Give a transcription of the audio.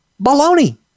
baloney